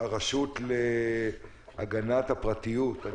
לרשות להגנת הפרטיות להגיע.